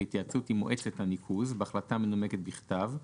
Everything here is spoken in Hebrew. בהתייעצות עם מועצת הניקוז ובהחלטה מנומקת בכתב,